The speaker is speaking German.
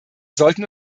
sollten